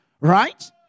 right